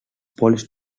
police